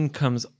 comes